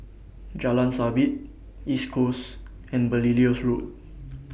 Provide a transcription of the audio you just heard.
Jalan Sabit East Coast and Belilios Road